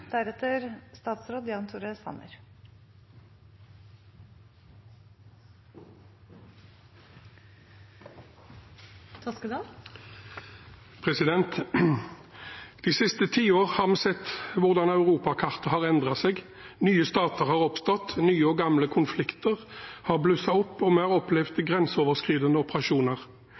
De siste ti år har vi sett hvordan europakartet har endret seg. Nye stater har oppstått, nye og gamle konflikter har blusset opp, og vi har opplevd grenseoverskridende operasjoner.